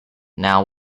now